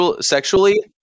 sexually